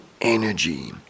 energy